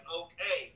okay